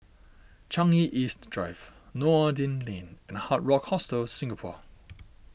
Changi East Drive Noordin Lane and Hard Rock Hostel Singapore